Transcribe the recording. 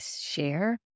share